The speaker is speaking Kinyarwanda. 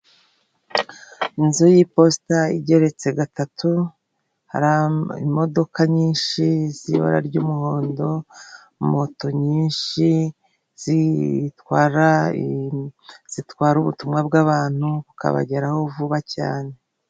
Inzu y'iposita igeretse gatatu hari imodoka nyinshi z'ibara ry'umuhondo, moto nyinshi zitwara ii zitwara ubutumwa bw'abantu bukabageraho vuba cyane.